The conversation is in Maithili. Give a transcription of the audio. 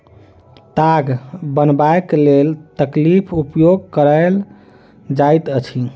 ताग बनयबाक लेल तकलीक उपयोग कयल जाइत अछि